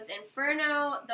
Inferno